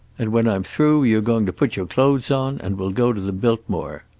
and when i'm through you're going to put your clothes on and we'll go to the biltmore.